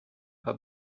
her